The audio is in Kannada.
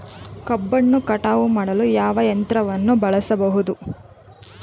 ಕಬ್ಬನ್ನು ಕಟಾವು ಮಾಡಲು ಯಾವ ಯಂತ್ರವನ್ನು ಬಳಸಬಹುದು?